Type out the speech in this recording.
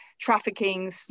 trafficking